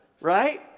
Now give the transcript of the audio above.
Right